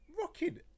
rocking